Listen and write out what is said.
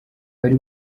bari